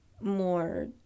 more